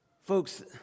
Folks